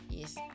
Yes